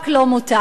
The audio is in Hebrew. רק לו מותר.